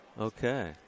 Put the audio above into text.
Okay